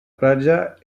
platja